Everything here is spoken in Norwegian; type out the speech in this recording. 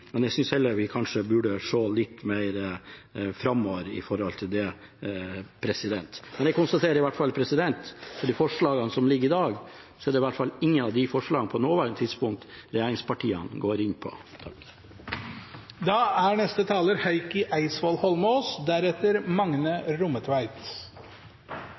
men jeg synes kanskje heller vi burde se litt mer framover. Jeg konstaterer at av de forslagene som ligger i dag, er det ingen av dem regjeringspartiene på det nåværende tidspunkt går inn for. Jeg skal være kort. Det er